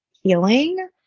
healing